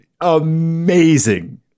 amazing